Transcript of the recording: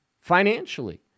financially